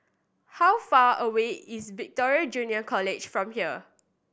how far away is Victoria Junior College from here